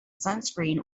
sunscreen